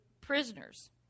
prisoners